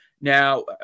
Now